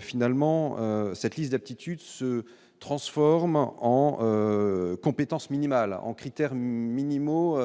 finalement cette liste d'aptitude, se transformant en compétences minimales en critères minimaux